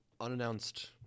unannounced